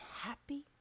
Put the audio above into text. happy